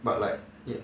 but like it